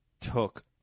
took